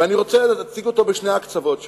ואני רוצה להציג אותו בשני הקצוות שלו.